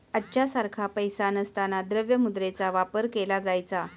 आजच्या सारखा पैसा नसताना द्रव्य मुद्रेचा वापर केला जायचा